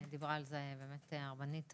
דיברה על זה באמת הרבנית,